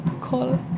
call